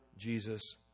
Jesus